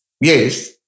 Yes